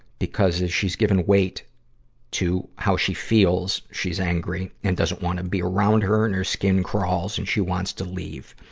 because if she's given weight to how she feels, she's angry and doesn't want to be around her and her skin crawls and she wants to leave.